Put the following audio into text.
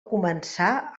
començà